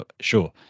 sure